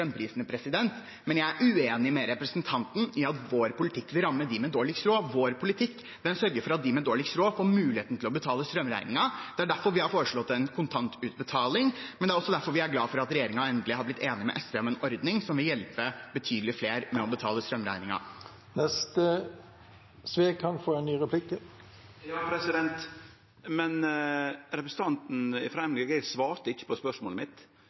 men jeg er uenig med representanten i at vår politikk vil ramme dem med dårligst råd. Vår politikk sørger for at de med dårligst råd får muligheten til å betale strømregningen. Det er derfor vi har foreslått en kontantutbetaling, men det er også derfor vi er glade for at regjeringen endelig har blitt enig med SV om en ordning som vil hjelpe betydelig flere med å betale strømregningen. Representanten frå Miljøpartiet Dei Grøne svarte ikkje på spørsmålet mitt. Korleis kan representanten